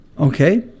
Okay